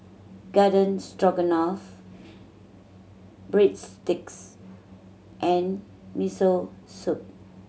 Garden Stroganoff Breadsticks and Miso Soup